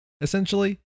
essentially